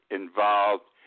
involved